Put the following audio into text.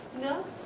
no